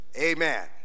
Amen